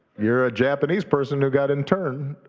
you're a japanese person who got interned